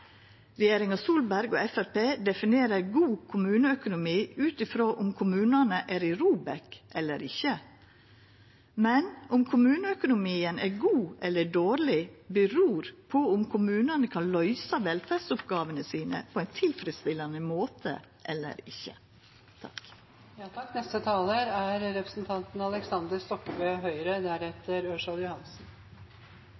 definerer god kommuneøkonomi ut ifrå om kommunane er på ROBEK-lista eller ikkje, men om kommuneøkonomien er god eller dårleg, kjem an på om kommunane kan løysa velferdsoppgåvene sine på ein tilfredsstillande måte eller ikkje.